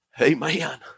Amen